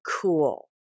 cool